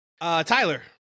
Tyler